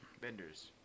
Vendors